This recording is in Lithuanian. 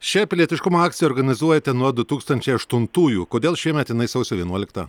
šią pilietiškumo akciją organizuojate nuo du tūkstančiai aštuntųjų kodėl šiemet jinai sausio vienuoliktą